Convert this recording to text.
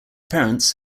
parents